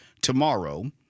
tomorrow